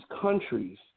countries